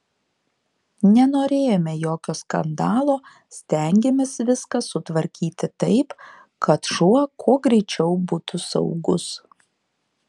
nenorėjome jokio skandalo stengėmės viską sutvarkyti taip kad šuo kuo greičiau būtų saugus